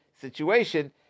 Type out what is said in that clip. situation